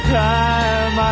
time